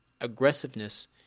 aggressiveness